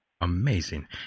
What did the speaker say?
Amazing